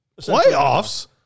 Playoffs